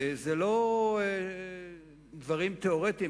אלה לא דברים תיאורטיים,